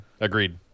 Agreed